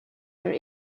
there